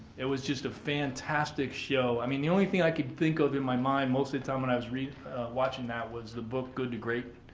it was just a fantastic show. i mean, the only think i could think of in my mind most of the time when i was watching that was the book good to great.